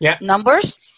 numbers